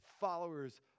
followers